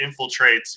infiltrates